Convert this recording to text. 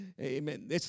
amen